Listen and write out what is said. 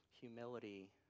humility